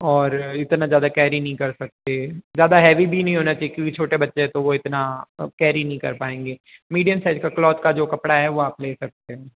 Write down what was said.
और इतना ज़्यादा कैरी नहीं कर सकते ज़्यादा हैवी भी नहीं होना चाहिए क्योंकि छोटे बच्चे हैं तो वो इतना कैरी नहीं कर पाएंगे मीडियम साइज जो क्लॉथ का जो कपड़ा है वो आप ले सकते हैं